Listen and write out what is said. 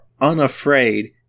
unafraid